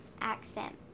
accent